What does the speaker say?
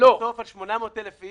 בסוף על 800,000,